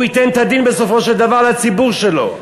הוא ייתן את הדין בסופו של דבר לציבור שלו,